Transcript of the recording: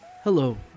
Hello